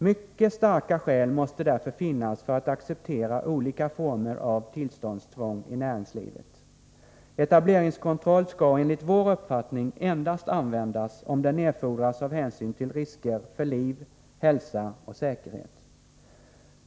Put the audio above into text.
Mycket starka skäl måste därför finnas för att acceptera olika former av tillståndstvång i näringslivet. Etableringskontroll skall enligt vår uppfattning endast användas om den erfordras av hänsyn till risker för liv, hälsa och säkerhet.